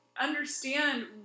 understand